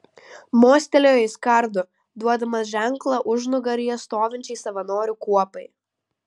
mostelėjo jis kardu duodamas ženklą užnugaryje stovinčiai savanorių kuopai